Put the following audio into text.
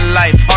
life